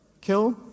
kill